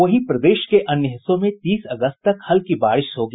वहीं प्रदेश के अन्य हिस्सों में तीस अगस्त तक हल्की बारिश होगी